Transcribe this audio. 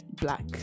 black